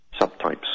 subtypes